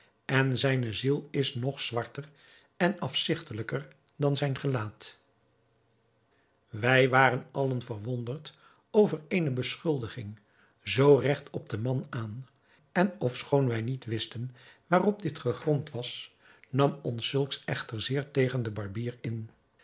en zijne ziel is nog zwarter en afzigterlijker dan zijn gelaat wij waren allen verwonderd over eene beschuldiging zoo regt op den man aan en ofschoon wij niet wisten waarop die gegrond was nam ons zulks echter zeer tegen den barbier in